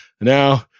now